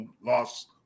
lost